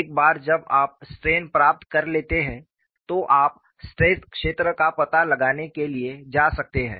एक बार जब आप स्ट्रेन प्राप्त कर लेते हैं तो आप स्ट्रेस क्षेत्र का पता लगाने के लिए जा सकते हैं